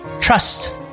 trust